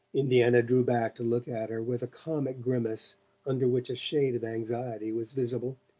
indiana drew back to look at her with a comic grimace under which a shade of anxiety was visible.